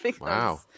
Wow